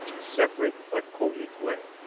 separate but coequal.